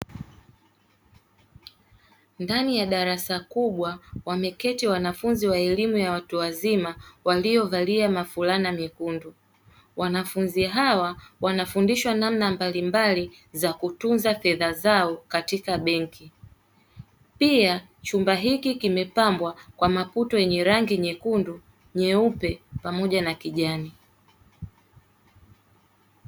Ndani ya darasa kubwa wameketi wanafunzi wa elimu ya watu wazima waliovalia fulana nyekundu. Wanafunzi hawa wanafundishwa namna mbalimbali za kutunza fedha zao katika benki. Pia chumba hiki kimepambwa kwa maputo yenye rangi nyekundu, nyeupe, pamoja na kijani.